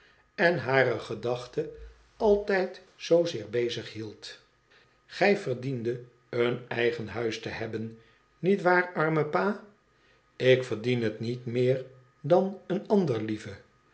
en he gedachten altijd zoozeer bezig hield gij verdiendet een eigen huis te hebben niet waar arme pa ik verdien het niet meer dan een ander lieve